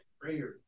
prayer